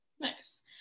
Nice